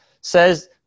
says